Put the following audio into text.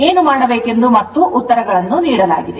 ಏನು ಮಾಡಬೇಕೆಂದು ಮತ್ತು ಉತ್ತರಗಳನ್ನು ನೀಡಲಾಗಿದೆ